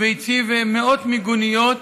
והציב מאות מיגוניות